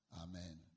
Amen